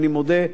אני מודה,